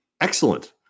Excellent